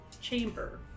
chamber